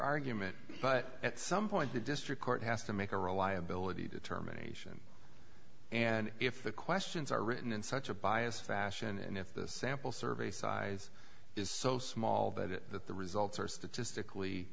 argument but at some point the district court has to make a reliability determination and if the questions are written in such a biased fashion and if the sample survey size is so small that it that the results are statistically